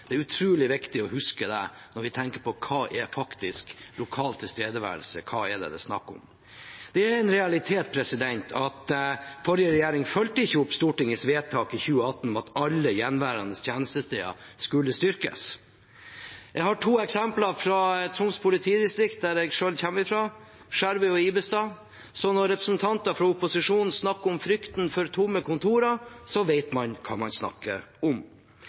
Det er utrolig viktig å huske på det når vi tenker på hva lokal tilstedeværelse faktisk er, hva det er snakk om. Det er en realitet at den forrige regjeringen ikke fulgte opp Stortingets vedtak fra 2018 om at alle gjenværende tjenestesteder skulle styrkes. Jeg har to eksempler fra Troms politidistrikt, som jeg selv kommer fra: Skjervøy og Ibestad. Så når representanter for opposisjonen snakker om frykten for tomme kontorer, vet man hva man snakker om.